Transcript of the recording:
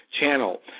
channel